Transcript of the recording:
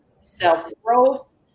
self-growth